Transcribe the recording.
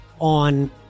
on